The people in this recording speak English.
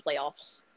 playoffs